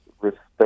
respect